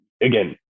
again